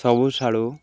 ସବୁଠାରୁ